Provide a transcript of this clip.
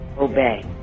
obey